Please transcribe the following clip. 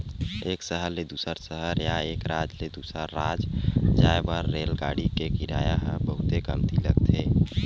एक सहर ले दूसर सहर या एक राज ले दूसर राज जाए बर रेलगाड़ी के किराया ह बहुते कमती लगथे